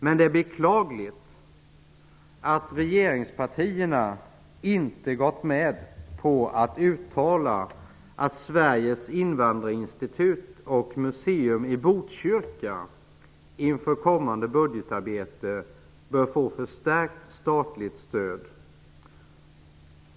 Men det är beklagligt att regeringspartierna inte gått med på att uttala att Sveriges invandrarinstitut och museum i Botkyrka inför kommande budgetarbete bör få förstärkt statligt stöd.